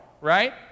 right